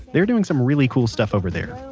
they're doing some really cool stuff over there.